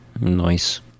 nice